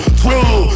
true